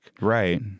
right